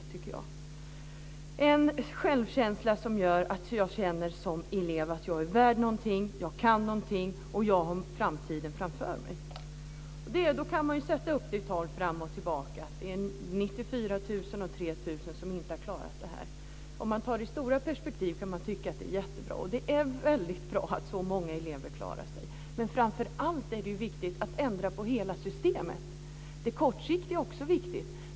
Det ska vara en självkänsla som gör att jag som elev känner att jag är värd någonting, jag kan någonting och jag har framtiden framför mig. Det går att sätta upp tal fram och tillbaka. 94 000 och 3 000 som inte har klarat detta. I det stora perspektivet är det jättebra. Det är väldigt bra att så många elever klarar sig. Men framför allt är det viktigt att ändra på hela systemet. Det kortsiktiga är också viktigt.